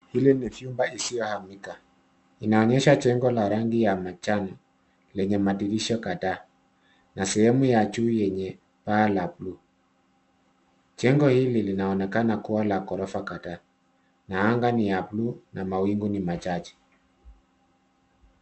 Hili ni vyumba isio hamika, inaonyesha jengo la rangi ya manjano lenye madirisha kadhaa na sehemu ya juu yenye paa la bluu. Jengo hili linaonekana kuwa la ghorofa kadha anga ni ya bluu na mawingu ni machache.